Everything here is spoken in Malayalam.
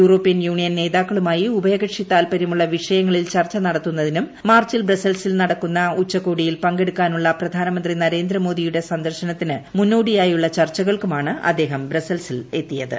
യൂറോപ്യൻ യൂണിയൻ നേതാക്കളുമായി ഉഭയകക്ഷി താൽപ്പര്യമുള്ള വിഷയങ്ങളിൽ ചർച്ച നടത്തുന്നതിനും മാർച്ചിൽ ബ്രസൽസിൽ നടക്കുന്ന ഉച്ചകോടിയിൽ പങ്കെടുക്കാനുള്ള പ്രധാനമന്ത്രി നരേന്ദ്രമോദിയുടെ ചർച്ചകൾക്കുമാണ് അദ്ദേഹം ബ്രസൽസിലെത്തിയത്